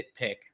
nitpick